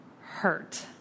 hurt